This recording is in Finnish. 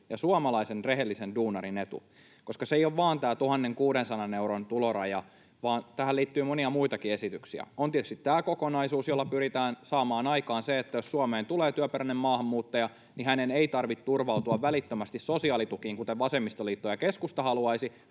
ja suomalaisen rehellisen duunarin etu, koska se ei ole vain tämä 1 600 euron tuloraja vaan tähän liittyy monia muitakin esityksiä. On tietysti tämä kokonaisuus, jolla pyritään saamaan aikaan se, että jos Suomeen tulee työperäinen maahanmuuttaja, niin hänen ei tarvitse turvautua välittömästi sosiaalitukiin, kuten vasemmistoliitto ja keskusta haluaisivat,